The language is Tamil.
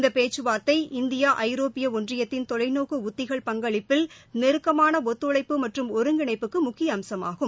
இந்த பேச்சுவார்த்தை இந்தியா ஐரோப்பிய ஒன்றியத்தின் தொலைநோக்கு உத்திகள் பங்களிப்பில் நெருக்கமான ஒத்துழைப்பு மற்றும் ஒருங்கிணைப்புக்கு முக்கிய அம்சமாகும்